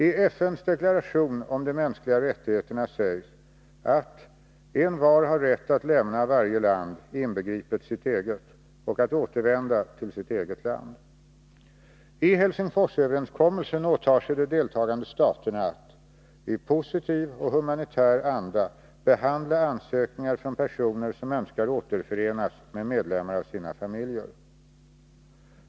I FN:s deklaration om de mänskliga rättigheterna sägs att ”envar har rätt att lämna varje land, inbegripet sitt eget, och att återvända till sitt eget land”. I Helsingforsöverenskommelsen åtar sig de deltagande staterna att ”i positiv och humanitär anda behandla ansökningar från personer som önskar återförenas med medlemmar av sina familjer”.